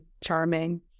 Charming